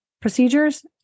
procedures